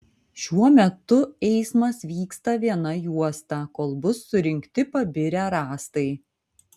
šiuo metu eismas vyksta viena juosta kol bus surinkti pabirę rąstai